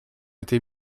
été